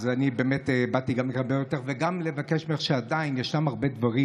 אני באמת באתי גם לכבד אותך וגם לבקש ממך: עדיין יש הרבה דברים